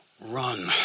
run